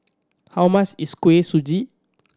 how much is Kuih Suji